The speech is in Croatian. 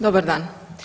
Dobar dan.